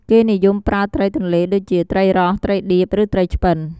គេនិយមប្រើត្រីទន្លេដូចជា ត្រីរ៉ស់ ត្រីឌៀប ឬត្រីឆ្ពិន។